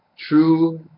true